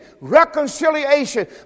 reconciliation